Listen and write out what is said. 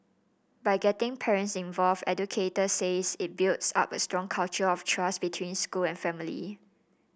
by getting parents involved educators says it builds up a strong culture of trust between school and family